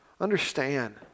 understand